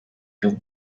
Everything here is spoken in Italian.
più